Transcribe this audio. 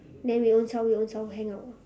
then we own self own self hang out